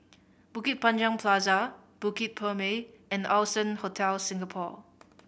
Bukit Panjang Plaza Bukit Purmei and Allson Hotel Singapore